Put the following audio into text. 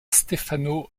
stefano